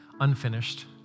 unfinished